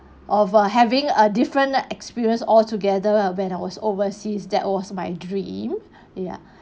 of uh having a different experience altogether when I was overseas that was my dream ya